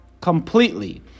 completely